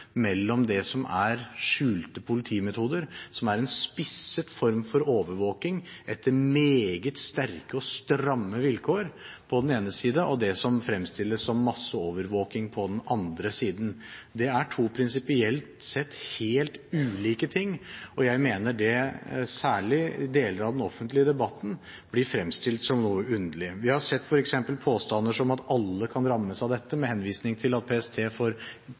mellom det som er skjulte politimetoder, som er en spisset form for overvåking etter meget sterke og stramme vilkår, på den ene side, og det som fremstilles som masseovervåking, på den annen side. Det er to prinsipielt sett helt ulike ting, og jeg mener det, særlig i deler av den offentlige debatten, blir fremstilt noe underlig. Vi har f.eks. sett påstander som at alle kan rammes av dette, med henvisning til at PST får